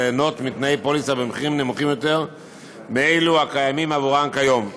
ליהנות מתנאי פוליסה במחירים נמוכים יותר מאלו הקיימים עבורן כיום.